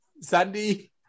Sandy